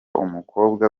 umukobwa